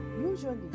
Usually